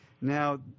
Now